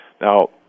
Now